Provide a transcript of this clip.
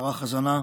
מערך הזנה,